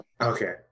Okay